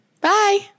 Bye